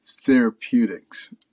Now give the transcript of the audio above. therapeutics